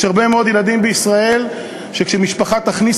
יש הרבה מאוד ילדים בישראל שכשמשפחה תכניס